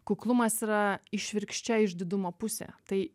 kuklumas yra išvirkščia išdidumo pusė tai